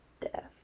death